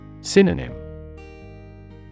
Synonym